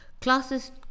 Classes